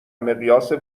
مقیاس